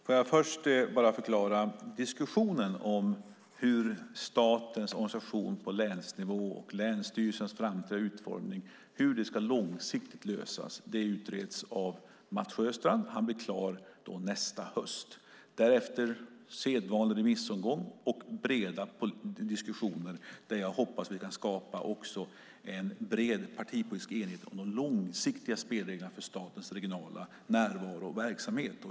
Fru talman! Hur statens organisation på länsnivå och länsstyrelsens framtida utformning långsiktigt ska lösas utreds av Mats Sjöstrand. Han blir klar nästa höst. Därefter blir det en sedvanlig remissomgång och breda diskussioner, där jag hoppas att vi också kan skapa en bred partipolitisk enighet om de långsiktiga spelreglerna för statens regionala närvaro och verksamhet.